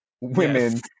women